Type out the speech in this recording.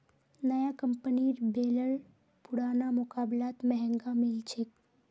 नया कंपनीर बेलर पुरना मुकाबलात महंगा मिल छेक